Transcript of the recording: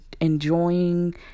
enjoying